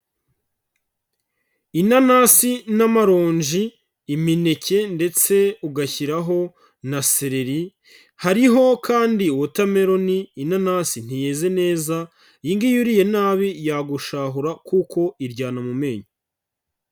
Inanasi n'amaronji, imineke ndetse ugashyiraho na sereri, hariho kandi watermelon, inanasi ntiyeze neza, iyi ngiyi uyiriye nabi yagushahura kuko iryana mu menyo.